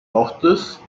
ortes